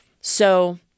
So-